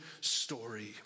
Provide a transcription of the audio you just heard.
story